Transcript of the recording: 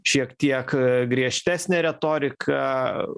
šiek tiek griežtesnę retoriką